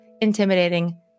intimidating